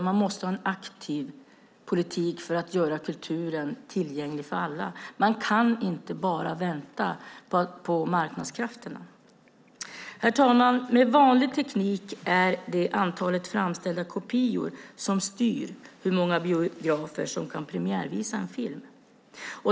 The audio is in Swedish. Man måste ha en aktiv politik för att göra kulturen tillgänglig för alla. Man kan inte bara vänta på marknadskrafterna. Herr talman! Med vanlig teknik är det antalet framställda kopior som styr hur många biografer som kan premiärvisa en film.